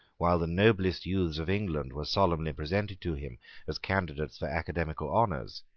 while the noblest youths of england were solemnly presented to him as candidates for academical honours,